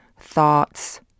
thoughts